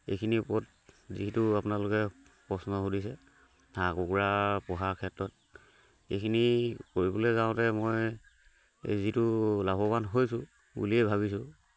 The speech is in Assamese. এইখিনিৰ ওপৰত যিটো আপোনালোকে প্ৰশ্ন সুধিছে হাঁহ কুকুৰা পোহাৰ ক্ষেত্ৰত এইখিনি কৰিবলৈ যাওঁতে মই যিটো লাভৱান হৈছোঁ বুলিয়েই ভাবিছোঁ